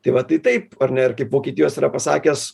tai va tai taip ar ne ir kaip vokietijos yra pasakęs